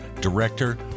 director